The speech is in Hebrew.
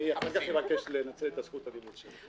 אני אחר כך אבקש לנצל את זכות הדיבור שלי.